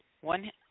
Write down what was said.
one